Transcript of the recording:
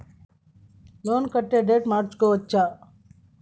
Loan కట్టే date మార్చుకోవచ్చా?